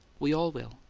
we all will.